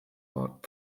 wort